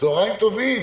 צוהריים טובים.